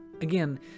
again